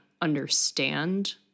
understand